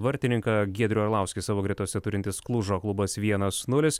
vartininką giedrių arlauskį savo gretose turintis klužo klubas vienas nulis